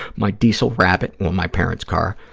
my diesel rabbit, well, my parents' car,